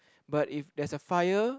but if there's a fire